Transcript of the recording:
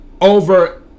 Over